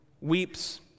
weeps